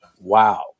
Wow